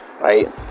right